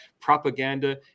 propaganda